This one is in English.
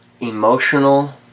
emotional